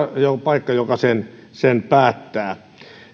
se joka sen sen päättää